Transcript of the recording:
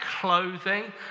clothing